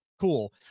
cool